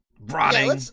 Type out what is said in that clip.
rotting